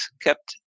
kept